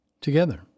Together